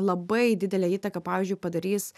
labai didelę įtaką pavyzdžiui padarys